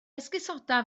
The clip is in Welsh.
esgusoda